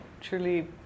truly